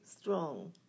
Strong